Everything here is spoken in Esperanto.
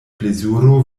plezuro